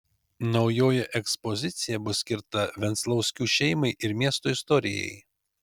naujoji ekspozicija bus skirta venclauskių šeimai ir miesto istorijai